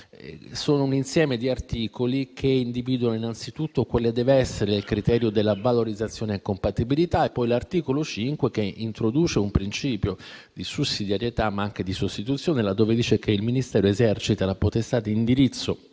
sono un insieme di articoli che individuano innanzitutto quale debba essere il criterio della valorizzazione e della compatibilità. L'articolo 5 introduce un principio di sussidiarietà, ma anche di sostituzione, laddove prevede che il Ministero eserciti la potestà di indirizzo